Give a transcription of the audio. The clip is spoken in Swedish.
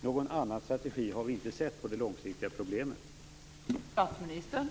Någon annan strategi för de långsiktiga problemen har vi inte sett.